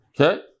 Okay